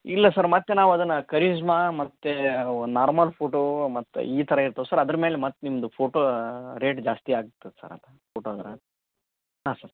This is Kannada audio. ಇಲ್ಲ ಸರ್ ಮತ್ತೆ ನಾವು ಅದನ್ನು ಕರಿಜ್ಮಾ ಮತ್ತೆ ನಾರ್ಮಲ್ ಫೋಟೋ ಮತ್ತೆ ಈ ಥರ ಇರ್ತದೆ ಸರ್ ಅದ್ರ್ಮೆಲೆ ಮತ್ತೆ ನಿಮ್ದು ಫೋಟೋ ರೇಟ್ ಜಾಸ್ತಿ ಆಗ್ತದೆ ಸರ್ ಅದು ಫೋಟೋ ಗ್ರಾ ಹಾಂ ಸರ್